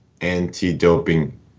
Anti-Doping